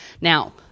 now